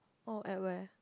or at where